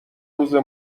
روزه